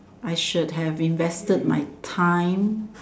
I should have invested my time